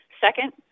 Second